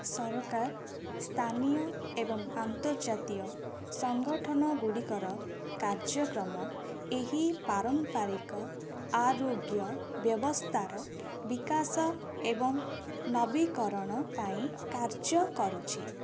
ସରକାର ସ୍ଥାନୀୟ ଏବଂ ଆନ୍ତର୍ଜାତୀୟ ସଂଗଠନଗୁଡ଼ିକର କାର୍ଯ୍ୟକ୍ରମ ଏହି ପାରମ୍ପରିକ ଆରୋଗ୍ୟ ବ୍ୟବସ୍ଥାର ବିକାଶ ଏବଂ ନବୀକରଣ ପାଇଁ କାର୍ଯ୍ୟ କରୁଛି